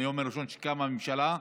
מהיום הראשון שקמה הממשלה,